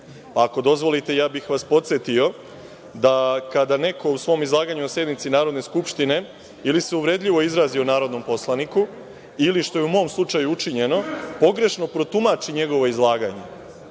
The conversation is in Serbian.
Ako dozvolite, ja bih vas podsetio da kada neko u svom izlaganju na sednici Narodne skupštine ili se uvredljivo izrazi o narodnom poslaniku ili, što je u mom slučaju učinjeno, pogrešno protumači njegovo izlaganje,